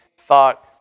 thought